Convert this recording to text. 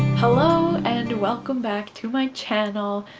hello and welcome back to my channel,